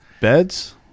Beds